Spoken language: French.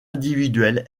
individuelle